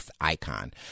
icon